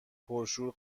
پرشور